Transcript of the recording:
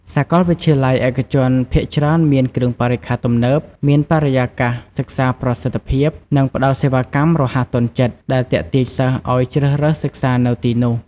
សាកលវិទ្យាល័យឯកជនភាគច្រើនមានគ្រឿងបរិក្ខារទំនើប មានបរិយាកាសសិក្សាប្រសិទ្ធភាព និងផ្ដល់សេវាកម្មរហ័សទាន់ចិត្ត ដែលទាក់ទាញសិស្សឲ្យជ្រើសរើសសិក្សានៅទីនោះ។